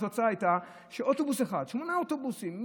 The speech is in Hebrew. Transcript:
התוצאה הייתה ששמונה אוטובוסים,